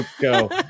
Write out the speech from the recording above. go